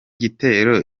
gitera